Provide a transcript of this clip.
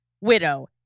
Widow